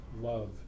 love